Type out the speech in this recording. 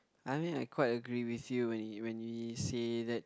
I mean I quite agree with you when you when you say that